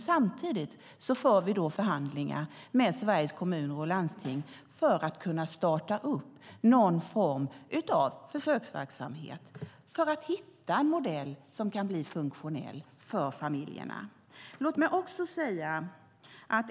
Samtidigt för vi förhandlingar med Sveriges Kommuner och Landsting för att kunna starta någon form av försöksverksamhet för att hitta en modell som kan bli funktionell för familjerna.